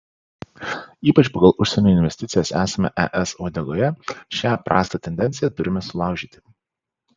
ypač pagal užsienio investicijas esame es uodegoje šią prastą tendenciją turime sulaužyti